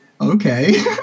okay